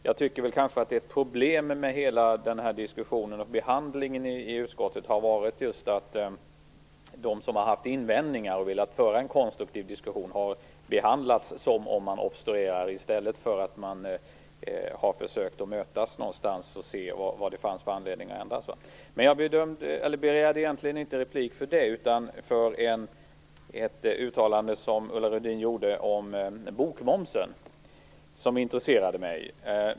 Jag tycker att ett problem med diskussionen och utskottets behandling har varit att de som har haft invändningar och velat föra en konstruktiv diskussion har behandlats som om de har obstruerat, i stället för att försöka mötas och se vad det finns för anledning att ändra. Jag begärde egentligen inte replik för att kommentera detta, utan för att kommentera ett uttalande som Ulla Rudin gjorde om bokmomsen, som intresserade mig.